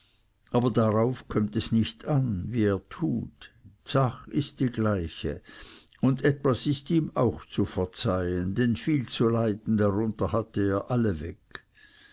aber darauf kömmt es nicht an wie er tut dsach ist die gleiche und etwas ist ihm auch zu verzeihen denn viel zu leiden darunter hatte er allweg